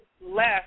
left